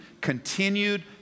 continued